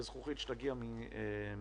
בזכוכית שתגיע מחו"ל.